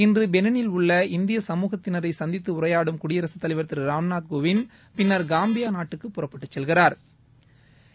இன்று பெளிளில் உள்ள இந்திய சமூகத்தினரை சந்தித்து உரையாடும் குடியரசுத்தலைவர் திரு ராம்நூத் கோவிந்த் பின்னா் காம்பியா நாட்டுக்கு புறப்பட்டுச் செல்கிறாா்